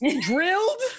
drilled